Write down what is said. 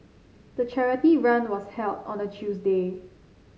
the charity run was held on a Tuesday